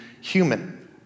human